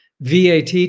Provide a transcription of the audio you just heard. VAT